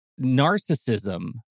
narcissism